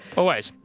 always.